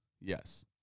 Yes